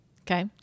Okay